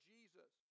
Jesus